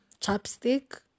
Chapstick